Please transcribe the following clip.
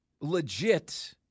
legit